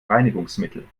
reinigungsmittel